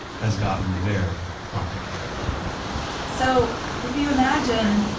has gotten very complicated so if you imagine,